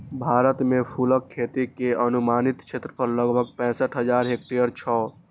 भारत मे फूलक खेती के अनुमानित क्षेत्रफल लगभग पैंसठ हजार हेक्टेयर छै